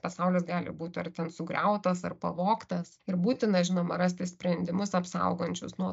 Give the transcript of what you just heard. pasaulis gali būt ar ten sugriautas ar pavogtas ir būtina žinoma rasti sprendimus apsaugančius nuo